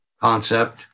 concept